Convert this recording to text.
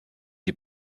est